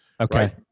Okay